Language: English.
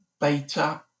beta